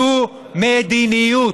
זו מדיניות,